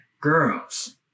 girls